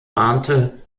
mahnte